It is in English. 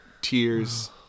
tears